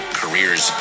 careers